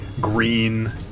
green